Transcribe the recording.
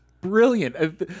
Brilliant